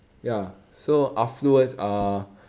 ya so afterwards uh